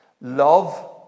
love